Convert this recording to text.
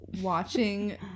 watching